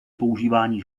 používání